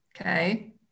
Okay